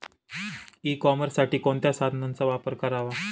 E कॉमर्ससाठी कोणत्या साधनांचा वापर करावा?